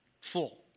full